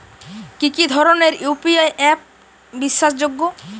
কি কি ধরনের ইউ.পি.আই অ্যাপ বিশ্বাসযোগ্য?